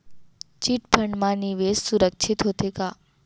Chit fund मा निवेश सुरक्षित होथे का?